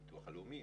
הביטוח הלאומי,